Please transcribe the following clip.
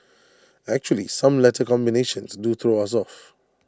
actually some letter combinations do throw us off